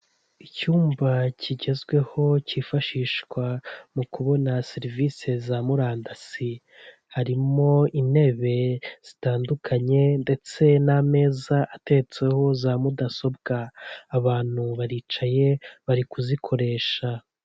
Icyumba kigezweho kifashishwa mu kubona serivisi za murandasi harimo intebe zitandukanye ndetse n'ameza atetseho za mudasobwa, abantu baricaye bari kuzikoresha.